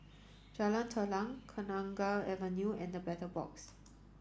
Jalan Telang Kenanga Avenue and The Battle Box